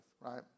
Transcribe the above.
Right